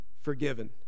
forgiven